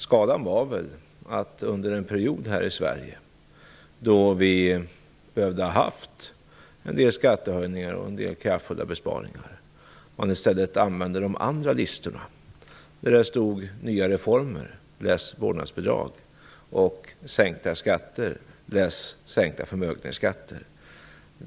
Skadan var väl att man under en period här i Sverige, då vi hade behövt en del skattehöjningar och en del kraftfulla besparingar, i stället använde de andra listorna där det stod Nya reformer - läs vårdnadsbidrag - och Sänkta skatter - läs sänkta förmögenhetsskatter.